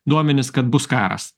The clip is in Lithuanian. duomenis kad bus karas